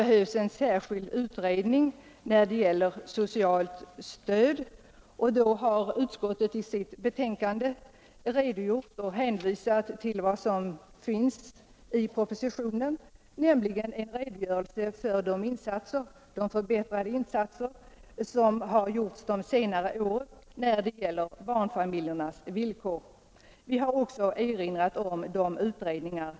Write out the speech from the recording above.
Utskottet har i sitt betänkande hänvisat till propositionens redogörelse för de förbättrade insatser som har gjorts under senare år i fråga om barnfamiljernas villkor. Vi har också erinrat om de utredningar som pågår. Med hänsyn till detta avstyrker utskottet det krav som framställs i reservationen 8. Med detta ber jag att i övrigt få yrka bifall till utskottets hemställan på samtliga punkter, vilket också innebär avslag på reservationerna 3, 4, 5, 6 och 7.